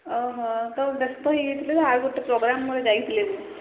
ଓହୋ ତ ବ୍ୟସ୍ତ ହୋଇଯାଇଥିଲେ ତ ଆଉ ଗୋଟେ ପୋଗ୍ରାମ ମୋର ଯାଇଥିଲେ